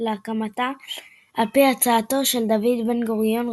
להקמתה על־פי הצעתו של דוד בן-גוריון,